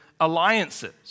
alliances